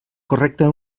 correcta